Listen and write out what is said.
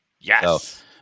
Yes